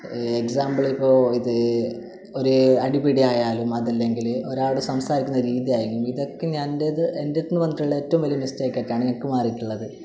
example ഇപ്പോൾ ഇത് ഒരു അടിപിടി ആയാലും അതല്ലെങ്കിൽ ഒരാളുടെ സംസാരിക്കുന്ന രീതി ആയെങ്കിലും ഇതൊക്കെ എന്റേത് എൻ്റെടുത്തുനിന്ന് വന്നിട്ടുള്ള ഏറ്റവും വലിയ മിസ്റ്റേക്ക് ആയിട്ടാണ് എനിക്ക് മാറിയിട്ടുള്ളത്